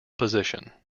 position